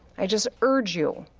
i just urge you,